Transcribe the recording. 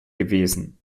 gewesen